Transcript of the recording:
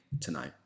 tonight